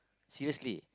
seriously